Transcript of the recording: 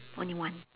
only one